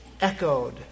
echoed